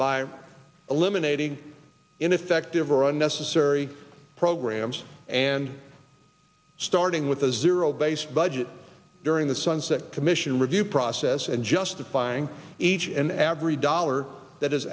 by eliminating ineffective or unnecessary programs and starting with a zero based budget during the sunset commission review process and judge defying each and every dollar that is